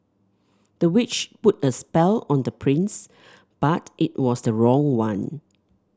the witch put a spell on the prince but it was the wrong one